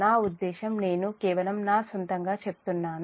నా ఉద్దేశము నేను కేవలం నా సొంతం గా చెప్తున్నాను